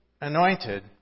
anointed